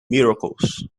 miracles